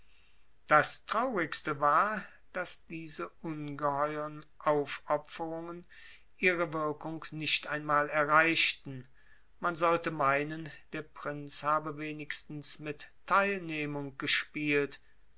das traurigste war daß diese ungeheuern aufopferungen ihre wirkung nicht einmal erreichten man sollte meinen der prinz habe wenigstens mit teilnehmung gespielt